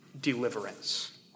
deliverance